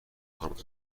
کنم